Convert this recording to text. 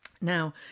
Now